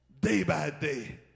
day-by-day